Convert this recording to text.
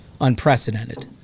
unprecedented